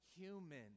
human